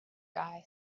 guy